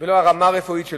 ולא הרמה הרפואית.